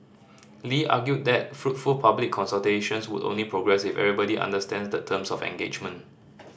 Lee argued that fruitful public consultations would only progress if everybody understands the terms of engagement